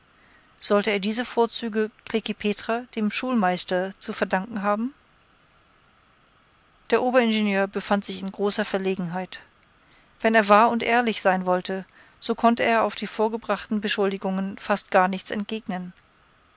sollte er diese vorzüge klekih petra dem schulmeister zu verdanken haben der oberingenieur befand sich in großer verlegenheit wenn er wahr und ehrlich sein wollte so konnte er auf die vorgebrachten beschuldigungen fast gar nichts entgegnen